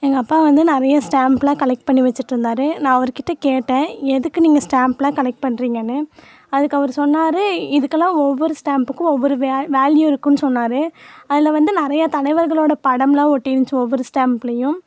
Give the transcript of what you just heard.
எங்கள் அப்பா வந்து நிறைய ஸ்டாம்ப்லாம் கலெக்ட் பண்ணி வச்சுட்ருந்தாரு நான் அவருக்கிட்ட கேட்டேன் எதுக்கு நீங்கள் ஸ்டாம்ப்லாம் கலெக்ட் பண்ணுறீங்கன்னு அதுக்கு அவரு சொன்னாரு இதுக்குலாம் ஒவ்வொரு ஸ்டாம்ப்புக்கும் ஒவ்வொரு வே வேல்யூ இருக்கும்னு சொன்னாரு அதில் வந்து நிறையா தலைவர்களோடய படம்லாம் ஒட்டிருந்துச்சு ஒவ்வொரு ஸ்டாம்ப்லேயும்